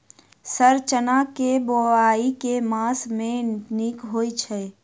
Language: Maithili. सर चना केँ बोवाई केँ मास मे नीक होइ छैय?